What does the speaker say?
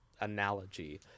analogy